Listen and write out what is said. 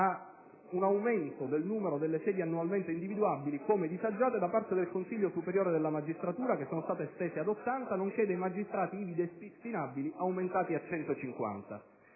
un aumento del numero delle sedi annualmente individuabili come disagiate da parte del Consiglio superiore della magistratura (estese ad ottanta) nonché dei magistrati ivi destinabili (aumentati a